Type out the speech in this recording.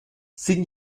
sin